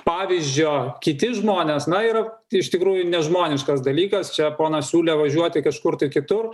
pavyzdžio kiti žmonės na yra iš tikrųjų nežmoniškas dalykas čia ponas siūlė važiuoti kažkur tai kitur